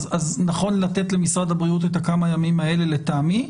אז נכון לתת למשרד הבריאות את הכמה ימים האלה לטעמי,